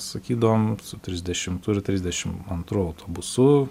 sakydavom su trisdešimtu ir trisdešim antru autobusu